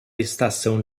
estação